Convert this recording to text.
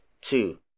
two